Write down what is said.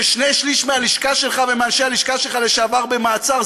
ששני-שלישים מהלשכה שלך ומאנשי הלשכה שלך לשעבר במעצר,